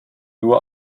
nur